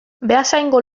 beasaingo